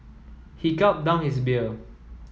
he gulped down his beer